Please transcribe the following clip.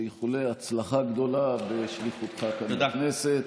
ואיחולי הצלחה גדולה בשליחותך כאן בכנסת.